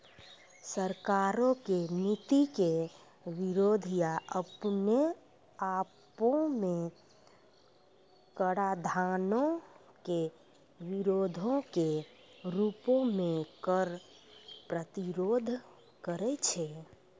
सरकारो के नीति के विरोध या अपने आपो मे कराधानो के विरोधो के रूपो मे कर प्रतिरोध करै छै